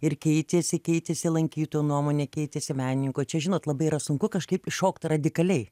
ir keitėsi keitėsi lankytojų nuomonė keitėsi menininko čia žinot labai yra sunku kažkaip iššokt radikaliai